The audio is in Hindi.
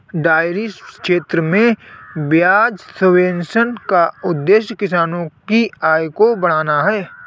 डेयरी क्षेत्र में ब्याज सब्वेंशन का उद्देश्य किसानों की आय को बढ़ाना है